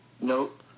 Nope